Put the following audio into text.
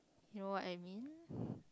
you know what I mean